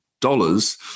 dollars